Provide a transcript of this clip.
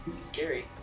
Scary